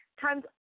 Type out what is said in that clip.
times